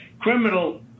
criminal